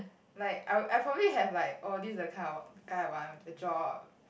like I I probably have like oh this is the kind of guy I want with a job